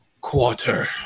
quarter